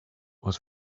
was